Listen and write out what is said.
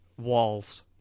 walls